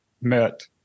met